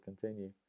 continue